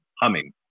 humming